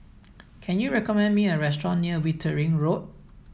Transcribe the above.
can you recommend me a restaurant near Wittering Road